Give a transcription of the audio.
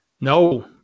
No